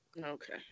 Okay